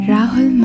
Rahul